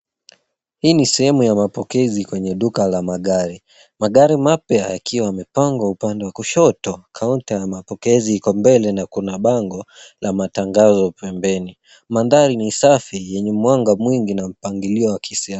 Hii ni sehemu ya mapokezi kwenye duka la magari, magari mapya yakiwa yamepangwa upande wa kushoto, kaunta ya mapokezi iko mbele na kuna bango la matangazo pembeni. Mandhari ni safi yenye mwanga mwingi na mpangilio wakisia.